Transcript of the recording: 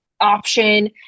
option